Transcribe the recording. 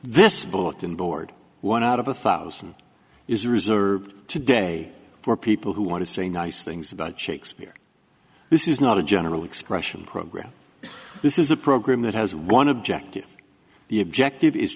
this bulletin board one out of a thousand is reserved today for people who want to say nice things about shakespeare this is not a general expression program this is a program that has one objective the objective is